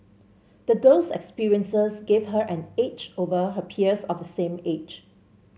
the girl's experiences gave her an edge over her peers of the same age